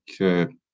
Okay